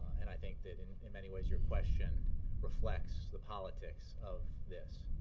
and i think that, in in many ways, your question reflects the politics of this.